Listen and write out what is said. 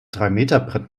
dreimeterbrett